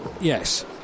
Yes